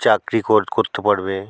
চাকরি করতে পারবে